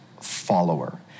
follower